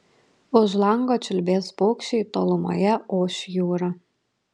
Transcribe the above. už lango čiulbės paukščiai tolumoje oš jūra